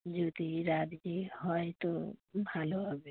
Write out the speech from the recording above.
যদি রাজি হয় তো ভালো হবে